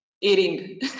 eating